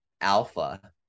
alpha